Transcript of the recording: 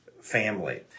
family